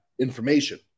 information